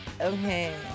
okay